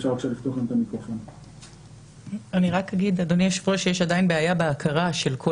רק אגיד שיש עדיין בעיה בהכרה של כל